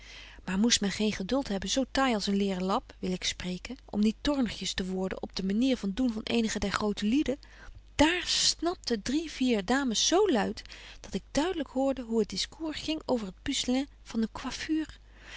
maar moest men geen geduld hebben zo taai als een leren lap wil ik spreken om niet toornigjes te worden op de manier van doen van eenigen der grote lieden dààr snapten drie vier dames zo luit dat ik duidelyk hoorde hoe het discours ging over het puce lint van een